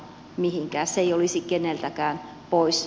se ei olisi keneltäkään pois